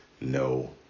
no